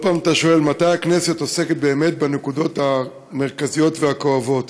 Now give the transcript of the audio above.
לא פעם אתה שואל מתי הכנסת עוסקת באמת בנקודות המרכזיות והכואבות.